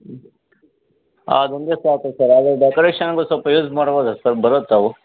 ಹ್ಞೂ ಹಾಂ ಅದೊಂದೇ ಸಾಕು ಸರ್ ಅದು ಡೆಕೋರೇಷನ್ನಿಗು ಸೊಲ್ಪ ಯೂಸ್ ಮಾಡ್ಬೋದಾ ಸರ್ ಬರುತ್ತಾ ಅವು